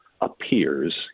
appears